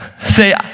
say